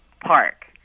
park